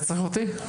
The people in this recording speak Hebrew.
אתה צריך אותי?